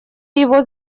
его